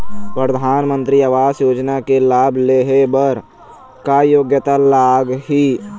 परधानमंतरी आवास योजना के लाभ ले हे बर का योग्यता लाग ही?